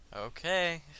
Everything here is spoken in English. Okay